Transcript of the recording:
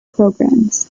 programs